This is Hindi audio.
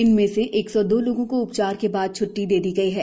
इनमें से एक सौ दो लोगों को उपचार के बाद छ्ट्टी दे दी गई है